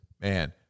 man